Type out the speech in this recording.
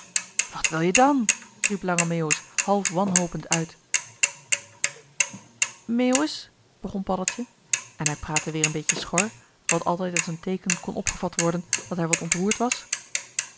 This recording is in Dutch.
wat wil-je dan riep lange meeuwis half wanhopend uit meeuwis begon paddeltje en hij praatte weer een beetje schor wat altijd als een teeken kon opgevat worden dat hij wat ontroerd was